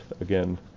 again